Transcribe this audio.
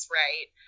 right